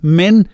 men